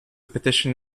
petition